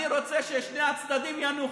אני רוצה ששני הצדדים ינוחו,